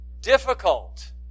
difficult